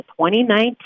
2019